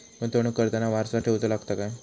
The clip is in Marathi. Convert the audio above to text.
गुंतवणूक करताना वारसा ठेवचो लागता काय?